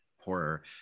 horror